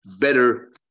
better